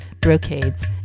brocades